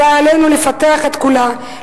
אזי עלינו לפתח את כולה,